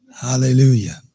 Hallelujah